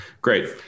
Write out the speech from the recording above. great